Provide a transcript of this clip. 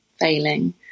failing